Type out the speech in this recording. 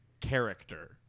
character